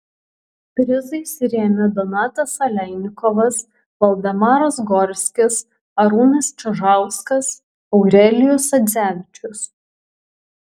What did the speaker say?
prizais rėmė donatas aleinikovas valdemaras gorskis arūnas čižauskas aurelijus sadzevičius